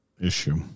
issue